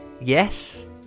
Yes